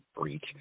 breach